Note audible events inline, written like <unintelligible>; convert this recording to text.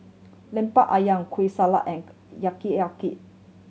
Lemper Ayam Kueh Salat and <unintelligible>